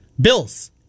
Bills